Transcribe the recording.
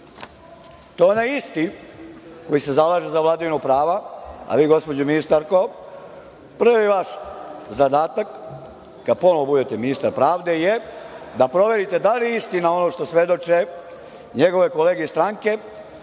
To onaj isti koji se zalaže za vladavinu prava, a vi gospođo ministarko, prvi vaš zadatak, kad ponovo budete ministar pravde je da proverite da li je istina ono što svedoče njegove kolege iz stranke